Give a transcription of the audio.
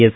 S